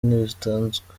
ntibatanzwe